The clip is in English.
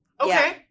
Okay